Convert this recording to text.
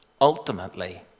ultimately